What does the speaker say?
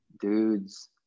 dudes